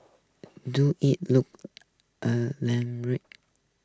do it look a land